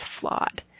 flawed